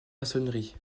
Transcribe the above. maçonnerie